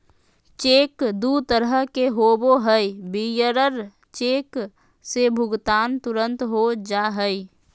cheque दू तरह के होबो हइ, बियरर चेक से भुगतान तुरंत हो जा हइ